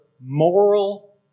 moral